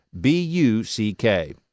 B-U-C-K